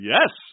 Yes